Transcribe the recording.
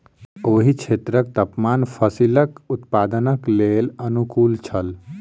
ओहि क्षेत्रक तापमान फसीलक उत्पादनक लेल अनुकूल छल